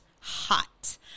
hot